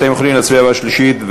אתם יכולים להצביע בקריאה שלישית,